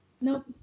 nope